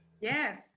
Yes